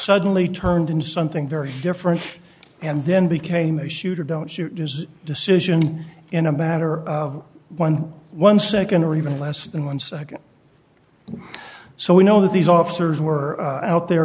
suddenly turned into something very different and then became a shooter don't shoot decision in a batter eleven second or even less than one second so we know that these officers were out the